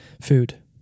Food